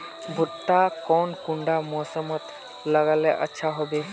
भुट्टा कौन कुंडा मोसमोत लगले अच्छा होबे?